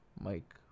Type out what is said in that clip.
Mike